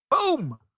Boom